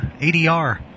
ADR